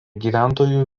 gyventojų